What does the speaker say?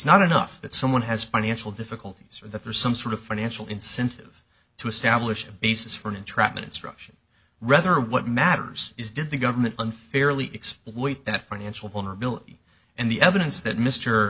not enough that someone has financial difficulties for that there's some sort of financial incentive to establish a basis for an entrapment instruction rather what matters is did the government unfairly exploit that financial vulnerability and the evidence that m